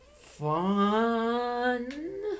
fun